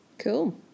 Cool